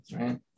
right